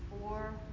four